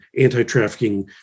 anti-trafficking